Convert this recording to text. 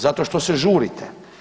Zato što se žurite.